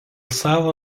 savo